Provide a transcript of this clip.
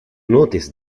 noticed